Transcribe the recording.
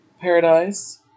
Paradise